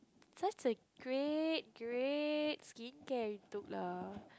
such a great great skincare you took lah